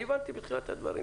הבנתי בתחילת הדברים.